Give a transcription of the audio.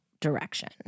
direction